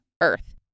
earth